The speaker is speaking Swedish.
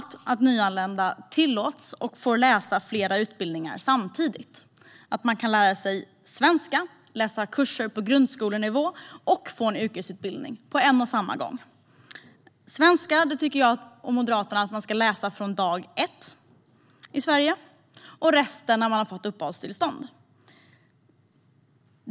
Nyanlända behöver få läsa fler utbildningar samtidigt. De ska på en och samma gång kunna lära sig svenska, läsa kurser på grundskolenivå och få en yrkesutbildning. Jag och Moderaterna tycker att man ska läsa svenska från dag ett i Sverige. Resten ska man läsa när man har fått uppehållstillstånd.